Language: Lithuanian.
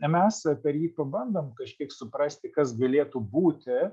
na mes apie jį pabandom kažkiek suprasti kas galėtų būti